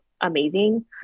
amazing